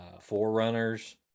forerunners